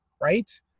Right